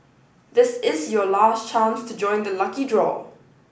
this is your last chance to join the lucky draw